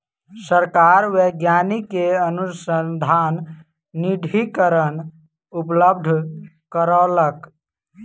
सरकार वैज्ञानिक के अनुसन्धान निधिकरण उपलब्ध करौलक